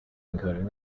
encoding